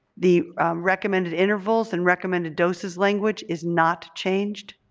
the recommended intervals and recommended doses language is not changed.